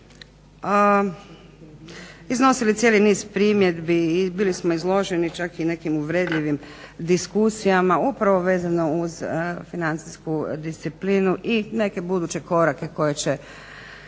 iznosili cijeli niz primjedbi i bili smo izloženi čak i nekim uvredljivim diskusijama upravo vezano uz financijsku disciplinu i neke buduće korake koje će